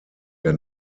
der